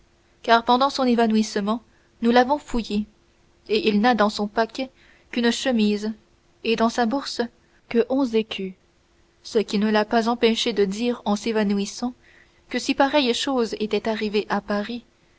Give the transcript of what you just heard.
car pendant son évanouissement nous l'avons fouillé et il n'a dans son paquet qu'une chemise et dans sa bourse que onze écus ce qui ne l'a pas empêché de dire en s'évanouissant que si pareille chose était arrivée à paris